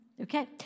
Okay